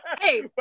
Hey